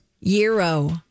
Euro